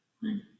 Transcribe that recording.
one